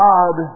God